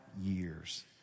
years